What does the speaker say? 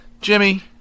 Jimmy